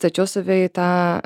tačiau save į tą